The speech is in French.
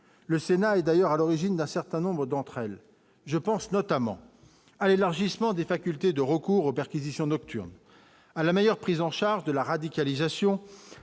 le Sénat et d'ailleurs à l'origine d'un certain nombre d'entre elles, je pense notamment à l'élargissement des facultés de recours aux perquisitions nocturnes à la meilleure prise en charge de la radicalisation